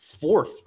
fourth